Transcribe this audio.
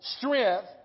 strength